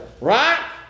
Right